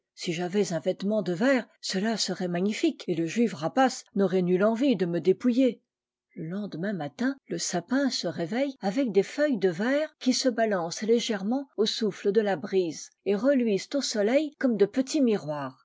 si j'avais un vêtement de verre cela serait magnifique et le juif rapace n'aurait nulle envie de me dépouiller larbre de noël le lendemain matin le sapin se réveille avec des feuilles de verre qui se balancent légèrement au souffle de la brise et reluisent au soleil comme de petits miroirs